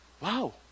wow